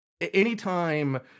anytime